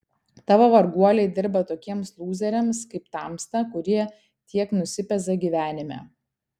tavo varguoliai dirba tokiems lūzeriams kaip tamsta kurie tiek nusipeza gyvenime